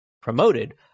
promoted